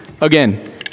Again